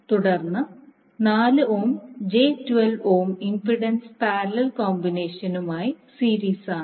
തുടർന്ന് ഇംപിഡൻസിൻറെ പാരലൽ കോമ്പിനേഷനുമായി സീരിസാണ്